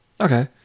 Okay